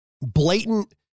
blatant